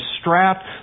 strapped